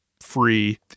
Free